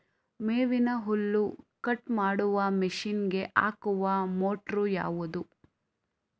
ಮೇವಿನ ಹುಲ್ಲು ಕಟ್ ಮಾಡುವ ಮಷೀನ್ ಗೆ ಹಾಕುವ ಮೋಟ್ರು ಯಾವುದು?